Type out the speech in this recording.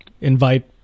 invite